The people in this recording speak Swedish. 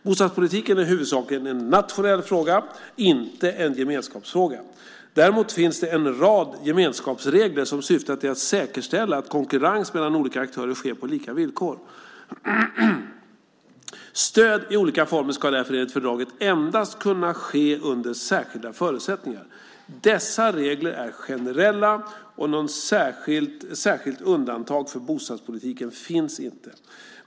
Bostadspolitiken är huvudsakligen en nationell fråga, inte en gemenskapsfråga. Däremot finns det en rad gemenskapsregler som syftar till att säkerställa att konkurrens mellan olika aktörer sker på lika villkor. Stöd i olika former ska därför enligt fördraget endast kunna ske under särskilda förutsättningar. Dessa regler är generella, och något särskilt undantag för bostadspolitiken finns inte.